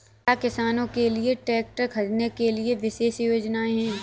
क्या किसानों के लिए ट्रैक्टर खरीदने के लिए विशेष योजनाएं हैं?